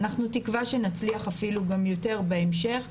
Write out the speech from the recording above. אנחנו תקווה שנצליח אפילו גם יותר בהמשך,